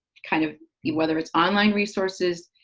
kind of i mean whether it's online resources,